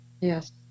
Yes